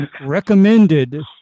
recommended